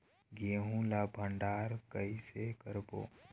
गेहूं ला भंडार कई से करबो?